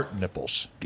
nipples